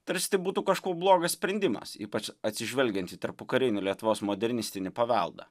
tarsi tai būtų kažkuo blogas sprendimas ypač atsižvelgiant į tarpukarinį lietuvos modernistinį paveldą